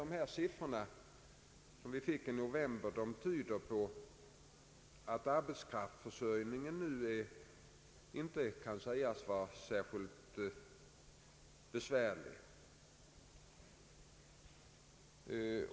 De siffror vi fick i november tyder på att arbetskraftsförsörjningen nu inte kan sägas vara särskilt besvärlig.